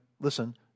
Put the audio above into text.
listen